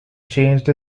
changed